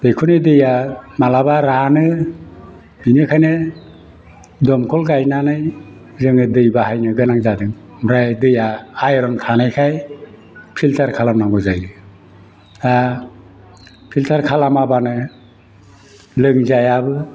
दैखरनि दैया माब्लाबा रानो बेनिखायनो दंखल गायनानै जोङो दै बाहायनो गोनां जादों ओमफ्राय दैया आयरन थानायखाय फिल्टार खालामनांगौ जायो दा फिल्टार खालामाबानो लोंजायाबो